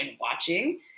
watching